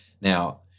now